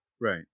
Right